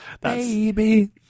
Baby